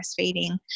breastfeeding